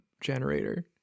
generator